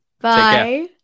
Bye